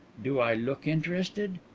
do i look interested?